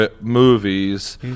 Movies